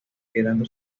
quedando